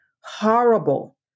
horrible